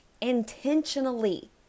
intentionally